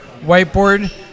whiteboard